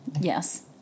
Yes